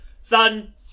Son